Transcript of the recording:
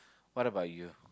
what about you